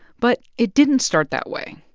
but it didn't start that way.